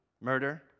Murder